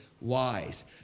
wise